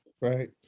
Right